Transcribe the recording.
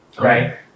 Right